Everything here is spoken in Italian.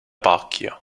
pacchia